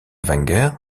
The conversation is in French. wenger